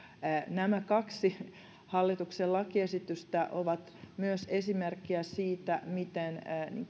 nämä kaksi hallituksen lakiesitystä ovat myös esimerkkejä siitä miten